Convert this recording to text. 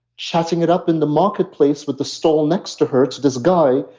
chatting it up in the marketplace with the stall next to her, to this guy,